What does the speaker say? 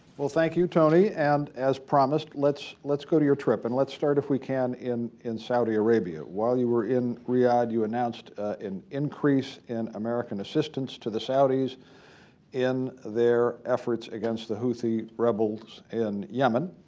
well, thank you, tony. and as promised, let's let's go to your trip. and let's start, if we can, in in saudi arabia. while you were in riyadh you announced an increase in american assistance to the saudis in their efforts against the houthi rebels in yemen,